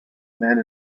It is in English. man